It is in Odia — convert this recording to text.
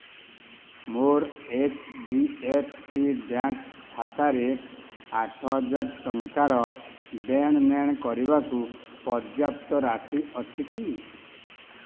ମୋର H D F C bank ଖାତାରେ ଆଠ ହଜାର ଟଙ୍କାର ଦେଣନେଣ କରିବାକୁ ପର୍ଯ୍ୟାପ୍ତ ରାଶି ଅଛି କି